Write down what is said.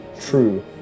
true